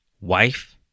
wife